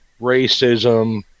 racism